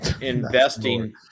investing